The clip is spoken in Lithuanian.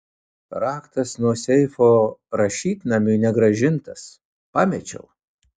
raktas nuo seifo rašytnamiui negrąžintas pamečiau